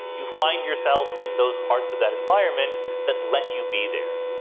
you find yourself in those parts of that environment that let you be there.